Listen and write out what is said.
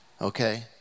okay